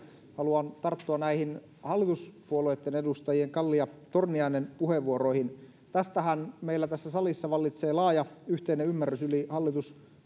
haluan tarttua hallituspuolueiden edustajien kalli ja torniainen puheenvuoroihin meillä tässä salissa vallitsee laaja yhteinen ymmärrys yli hallitus